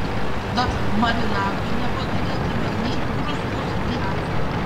tad marinatui nepagailėkime nei druskos nei acto